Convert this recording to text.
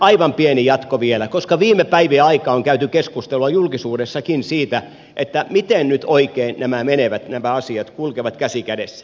aivan pieni jatko vielä koska viime päivien aikaan on käyty keskustelua julkisuudessakin siitä miten nyt oikein nämä asiat menevät millä tavalla kulkevat käsi kädessä